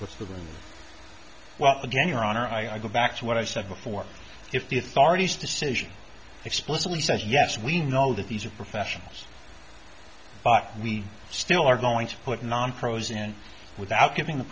with the gun well again your honor i go back to what i said before if the authorities decision explicitly says yes we know that these are professionals but we still are going to put non pros in without giving the